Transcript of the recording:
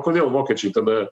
kodėl vokiečiai tada